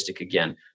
again